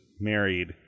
married